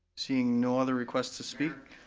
seeing no other request to speak.